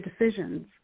decisions